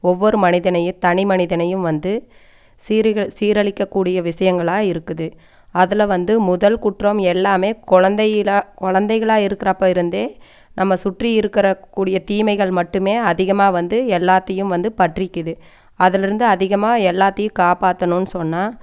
ஒவ்வொரு மனிதனையும் தனி மனிதனையும் வந்து சீருக சீரழிக்கக்கூடிய விஷயங்களா இருக்குது அதில் வந்து முதல் குற்றம் எல்லாமே குழந்தையில குழந்தைகளா இருக்கிறப்ப இருந்தே நம்ம சுற்றி இருக்கிற கூடிய தீமைகள் மட்டுமே அதிகமாக வந்து எல்லாத்தையும் வந்து பற்றிக்குது அதில் இருந்து அதிகமாக எல்லாத்தையும் காப்பாற்றணும்னு சொன்னால்